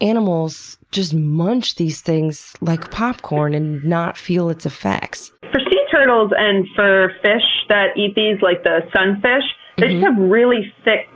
animals just munch these things like popcorn and not feel its effects? for sea turtles and for fish that eat these, like the sunfish, they have really thick